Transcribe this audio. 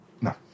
No